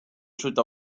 truth